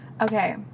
Okay